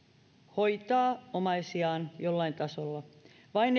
hoitaa omaisiaan jollain tasolla vain